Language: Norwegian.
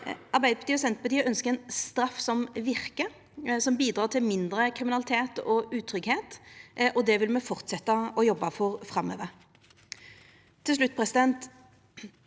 Arbeidarpartiet og Senterpartiet ønskjer ei straff som verkar, som bidrar til mindre kriminalitet og utryggleik, og det vil me fortsetja å jobba for framover.